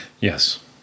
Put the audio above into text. Yes